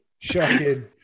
Shocking